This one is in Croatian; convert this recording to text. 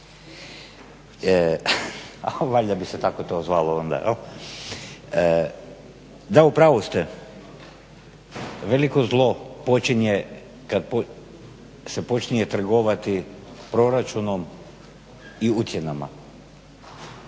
Valjda bi se to tako zvalo onda. Da u pravu ste, veliko zlo počinje kada se počinje trgovati proračunom i ucjenama.